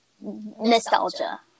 nostalgia